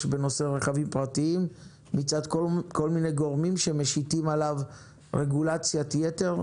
בנושא רכבים פרטיים מצד כל מיני גורמים שמשיתים עליו רגולציית יתר.